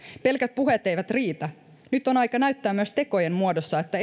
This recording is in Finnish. pelkät puheet eivät riitä nyt on aika näyttää myös tekojen muodossa että